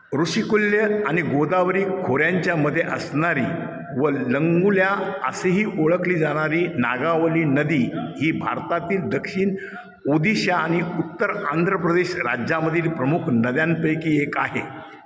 ऋषिकुल्य आणि गोदावरी खोऱ्यांच्या मध्ये असणारी व लंगूल्या असेही ओळखली जाणारी नागावली नदी ही भारतातील दक्षिण ओदिशा आणि उत्तर आंध्र प्रदेश राज्यामधील प्रमुख नद्यांपैकी एक आहे